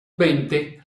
veinte